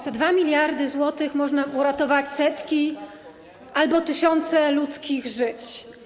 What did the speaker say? Za 2 mld zł można uratować setki albo tysiące ludzkich żyć.